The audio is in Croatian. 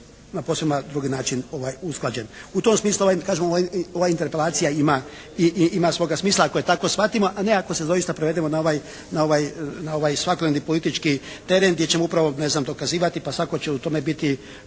na posvema drugi način usklađen. U tom smislu kažem, ova interpelacija ima svoga smisla ako je tako shvatimo. A ne ako je doista prevedemo na ovaj svakodnevni politički teren gdje ćemo upravo ne znam dokazivati, pa svatko će u tom biti